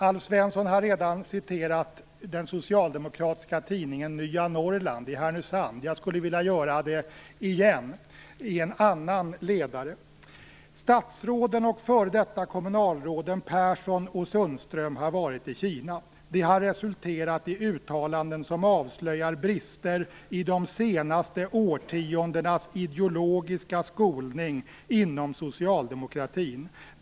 Alf Svensson har redan citerat ur den socialdemokratiska tidningen Nya Norrland i Härnösand. Jag vill återge något ur en annan ledare i samma tidning. Man skriver att statsråden och före detta kommunalråden Persson och Sundström har varit i Kina. Det har resulterat i uttalanden som avslöjar brister i de senaste årtiondenas ideologiska skolning inom socialdemokratin.